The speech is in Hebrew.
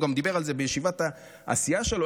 הוא גם דיבר על זה בישיבת הסיעה שלו,